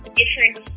different